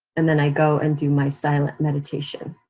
and then, i go and do my silent meditation.